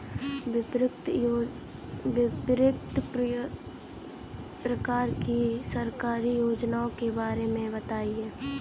विभिन्न प्रकार की सरकारी योजनाओं के बारे में बताइए?